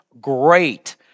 great